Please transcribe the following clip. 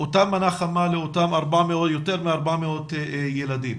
אותה מנה חמה לאותם יותר מ-400,000 ילדים.